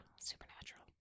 Supernatural